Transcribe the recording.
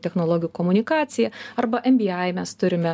technologijų komunikacija arba nbai mes turime